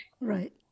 Right